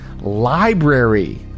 Library